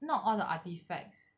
not all the artifacts